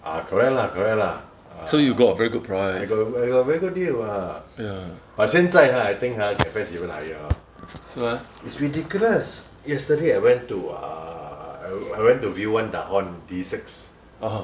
ah correct lah correct lah ah I got I got a very good deal [what] but 现在 !huh! I think !huh! can fetch even higher orh it's ridiculous yesterday I went to err I went to view one dahon D six